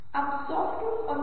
जो बातें मैंने पहले कही थीं